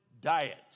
diet